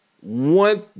One